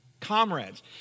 Comrades